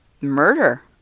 murder